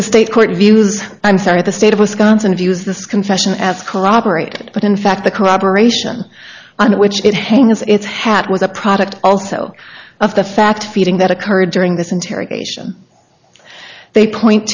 the state court views i'm sorry the state of wisconsin views this confession as corroborated but in fact the corroboration on which it hangs its hat was a product also of the fact feeding that occurred during this interrogation they point